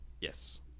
Yes